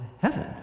heaven